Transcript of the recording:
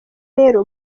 rero